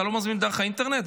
אתה לא מזמין דרך האינטרנט?